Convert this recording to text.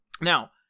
Now